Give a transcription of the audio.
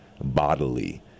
bodily